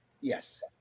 Yes